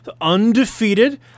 undefeated